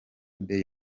day